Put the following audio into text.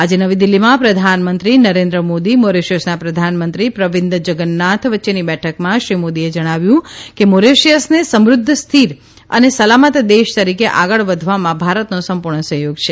આજે નવી દિલ્હીમાં પ્રધાનમંત્રી નરેન્દ્ર મોદી મોરેશ્યસના પ્રધાનમંત્રી પ્રવીન્દ જગન્નાથ વચ્ચેની બેઠકમાં શ્રી મોદીએ જણાવ્યું કે મોરેશ્યસને સમુદ્ધ સ્થિર અને સલામત દેશ તરીકે આગળ વધવામાં ભારતનો સંપૂર્ણ સહયોગ છે